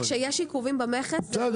כשיש עיכובים במכס -- בסדר אין בעיה,